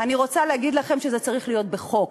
אני רוצה להגיד לכם שזה צריך להיות בחוק,